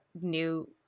new